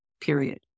period